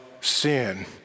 sin